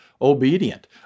obedient